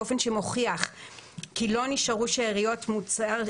באופן שמוכיח כי לא נשארו שאריות מוצר,